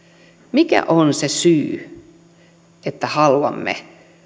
mikä on se syy että haluamme